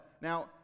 Now